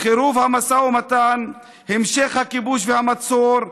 חירוב המשא ומתן, המשך הכיבוש והמצור.